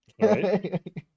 Right